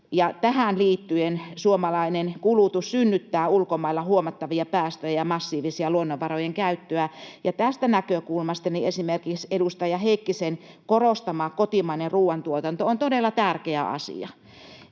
tähän liittyen suomalainen kulutus synnyttää ulkomailla huomattavia päästöjä ja massiivista luonnonvarojen käyttöä. Tästä näkökulmasta esimerkiksi edustaja Heikkisen korostama kotimainen ruoantuotanto on todella tärkeä asia.